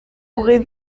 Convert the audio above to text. aurez